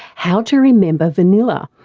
how to remember vanilla.